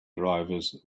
drivers